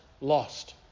Lost